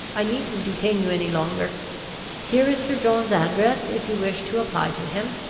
i needn't detain you any longer here is sir john's address, if you wish to apply to him.